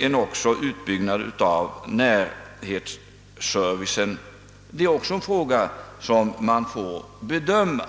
en utbyggnad av närservicen? Det är också en fråga som måste bedömas.